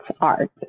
art